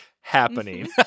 happening